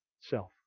self